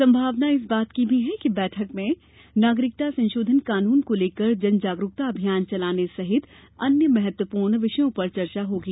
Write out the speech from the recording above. संभावना इस बात की भी है कि बैठक में नागरिकता संशोधन कानून को लेकर जन जागरूकता अभियान चलाने सहित अन्य महत्वपूर्ण विषयों पर चर्चा होगी